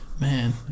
man